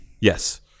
yes